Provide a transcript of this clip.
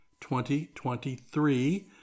2023